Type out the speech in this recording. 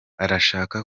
arashaka